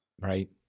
right